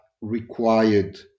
required